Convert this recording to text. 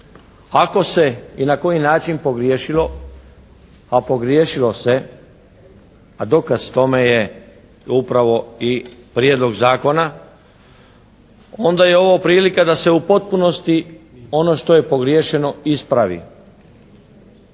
ako se i na koji način pogriješilo, a pogriješilo se, a dokaz tome je upravo i Prijedlog zakona onda je ovo prilika da se u potpunosti ono što je pogriješeno ispravi.